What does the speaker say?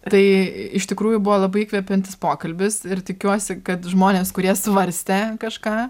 tai iš tikrųjų buvo labai įkvepiantis pokalbis ir tikiuosi kad žmonės kurie svarstė kažką